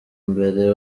mbere